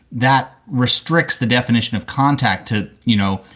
that restricts the definition of contact to, you know,